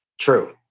true